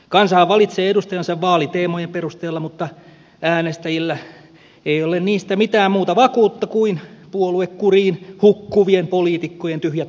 kansahan valitsee edustajansa vaaliteemojen perusteella mutta äänestäjillä ei ole niistä mitään muuta vakuutta kuin puoluekuriin hukkuvien poliitikkojen tyhjät lupaukset